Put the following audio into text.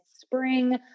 spring